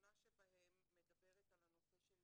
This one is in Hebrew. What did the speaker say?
הראשונה שבהן מדברת על הנושא של